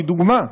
היא דוגמה,